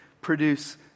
produce